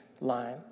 line